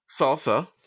Salsa